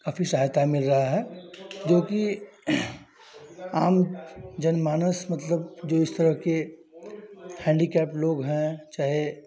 काफ़ी सहायता मिल रही है जोकि आम जनमानस मतलब जो इस तरह के हैण्डीकैप्ड लोग हैं चाहे